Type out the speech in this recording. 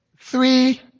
three